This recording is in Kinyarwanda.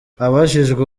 abajijwe